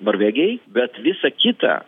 norvegijai bet visa kita